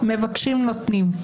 מבקשים, נותנים.